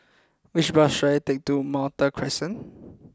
which bus should I take to Malta Crescent